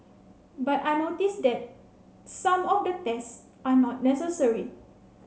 but I notice that some of the tests are not necessary